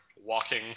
walking